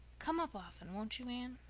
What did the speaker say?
come up often, won't you, anne?